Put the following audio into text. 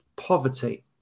poverty